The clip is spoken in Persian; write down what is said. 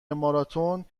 ماراتن